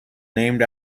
named